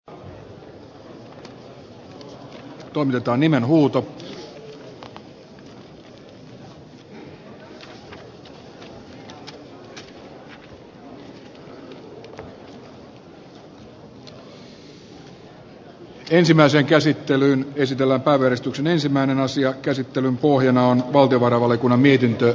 ensimmäisen käsittelyn esitellä verestyksen ensimmäinen asian käsittelyn pohjana on valtiovarainvaliokunnan mietintö